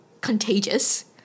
contagious